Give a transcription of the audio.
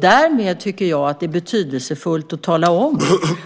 Därmed är det betydelsefullt att tala om